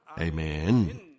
Amen